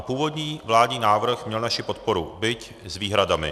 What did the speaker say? Původní vládní návrh měl naši podporu, byť s výhradami.